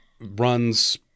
runs